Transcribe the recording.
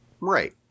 Right